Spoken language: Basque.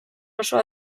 oso